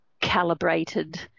calibrated